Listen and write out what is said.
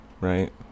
right